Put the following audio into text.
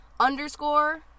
Underscore